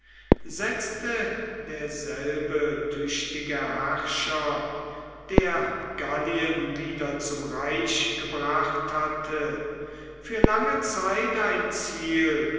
setzte derselbe tüchtige herrscher der gallien wieder zum reich gebracht hatte für lange zeit ein ziel